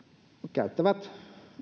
käyttävät